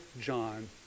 John